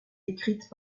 écrites